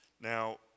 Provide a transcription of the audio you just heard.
Now